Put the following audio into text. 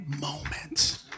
moment